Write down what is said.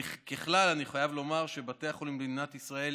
ככלל, אני חייב לומר שבתי החולים במדינת ישראל